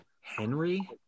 Henry